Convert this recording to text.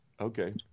Okay